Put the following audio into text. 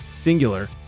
Singular